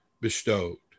bestowed